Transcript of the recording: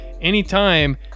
anytime